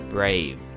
Brave